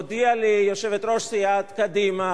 הודיעה לי יושבת-ראש סיעת קדימה,